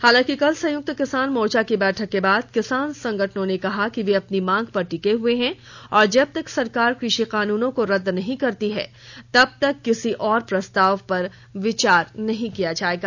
हालांकि कल संयुक्त किसान मोर्चा की बैठक के बाद किसान संगठनों ने कहा कि वे अपनी मांग पर टिके हुए हैं और जब तक सरकार कृषि कानूनों को रद्द नहीं करती तब तक किसी और प्रस्ताव पर विचार नहीं किया जाएगा